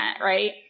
right